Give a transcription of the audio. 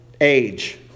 age